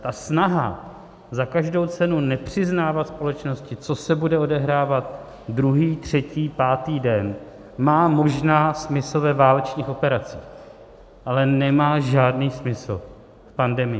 A snaha za každou cenu nepřiznávat společnosti, co se bude odehrávat druhý, třetí, pátý den, má možná smysl ve válečných operacích, ale nemá žádný smysl v pandemii.